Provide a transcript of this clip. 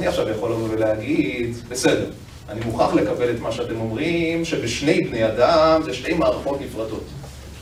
אני עכשיו יכול לבוא ולהגיד, בסדר, אני מוכרח לקבל את מה שאתם אומרים שבשני בני אדם, זה שתי מערכות נפרדות,